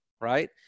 right